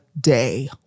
day